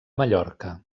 mallorca